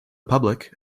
public